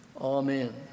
Amen